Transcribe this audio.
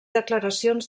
declaracions